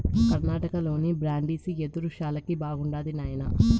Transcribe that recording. కర్ణాటకలోని బ్రాండిసి యెదురు శాలకి బాగుండాది నాయనా